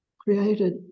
created